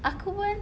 aku pun